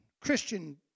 Christian